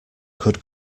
could